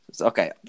Okay